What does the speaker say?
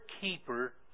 Keeper